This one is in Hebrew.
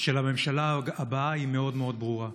של הממשלה הבאה היא מאוד מאוד ברורה.